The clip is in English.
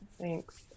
Thanks